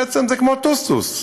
בעצם, זה כמו טוסטוס.